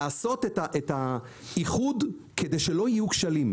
לעשות את האיחוד כדי שלא יהיו כשלים.